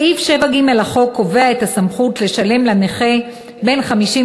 סעיף 7ג לחוק קובע את הסמכות לשלם לנכה בן 55